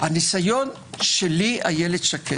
הניסיון שלי, אילת שקד.